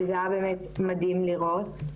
שזה היה באמת מדהים לראות.